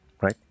Right